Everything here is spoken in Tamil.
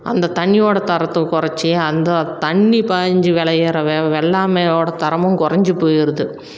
அந்த தண்ணியோட தரத்தை குறச்சி அந்த தண்ணி பாய்ஞ்சி விளையிற வெ வெள்ளாமையோட தரமும் குறஞ்சி போயிருது